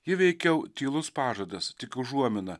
ji veikiau tylus pažadas tik užuomina